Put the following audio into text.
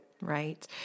Right